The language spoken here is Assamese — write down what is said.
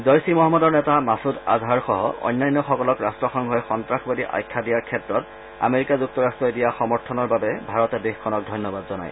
জইছ ই মহম্মদৰ নেতা মাছুদ আজহাৰসহ অন্যান্য সকলক ৰাষ্ট্ৰসংঘই সন্ত্ৰাসবাদী আখ্যা দিয়াৰ ক্ষেত্ৰত আমেৰিকা যুক্তৰাষ্টই দিয়া সমৰ্থনৰ বাবে ভাৰতে দেশখনক ধন্যবাদ জনায়